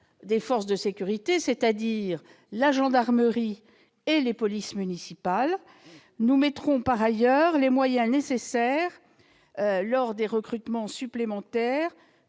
des forces de sécurité, c'est-à-dire la gendarmerie et les polices municipales. Par ailleurs, nous consacrerons, lors des recrutements supplémentaires,